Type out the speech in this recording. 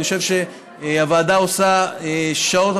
אני חושב שהוועדה עושה שעות,